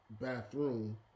bathroom